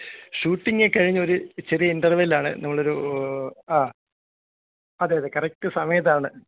ഷൂട്ടിങേക്കെ കഴിഞ്ഞൊരു ചെറിയൊരു ഇൻറ്റർവെല്ലാണ് നമ്മളൊരു ആ അതെയതേ കറക്റ്റ് സമയത്താണ്